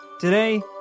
today